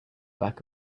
back